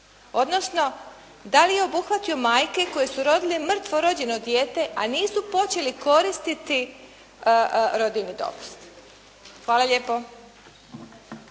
odnosno da li je obuhvatio majke koje su rodile mrtvorođeno dijete, a nisu počeli koristiti rodiljni dopust. Hvala lijepo.